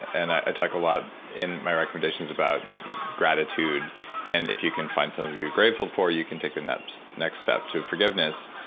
and i talk a lot in my recommendations about gratitude and if you can find something to be grateful for you can take the next next step to forgiveness.